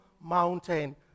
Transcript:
mountain